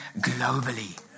globally